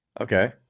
Okay